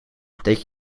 that